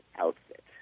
outfit